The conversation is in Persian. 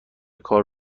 کار